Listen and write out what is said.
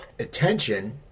attention